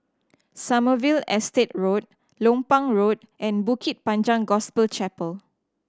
Sommerville Estate Road Lompang Road and Bukit Panjang Gospel Chapel